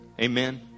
Amen